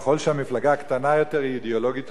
ככל שהמפלגה קטנה יותר היא אידיאולוגית יותר.